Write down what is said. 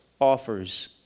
offers